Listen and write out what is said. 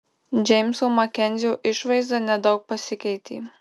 džeimso makenzio išvaizda nedaug pasikeitė